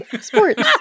Sports